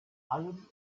allem